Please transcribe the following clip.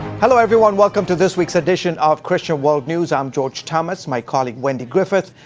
hello, everyone. welcome to this week's edition of christian world news. i'm george thomas. my colleague, wendy griffith,